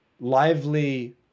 lively